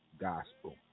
Gospel